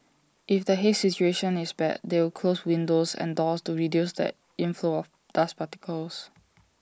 if the haze situation is bad they will close windows and doors to reduce the inflow of dust particles